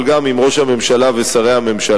אבל גם עם ראש הממשלה ושרי הממשלה,